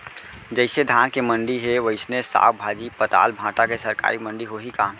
जइसे धान के मंडी हे, वइसने साग, भाजी, पताल, भाटा के सरकारी मंडी होही का?